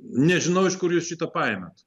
nežinau iš kur jūs šitą paėmėt